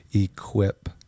equip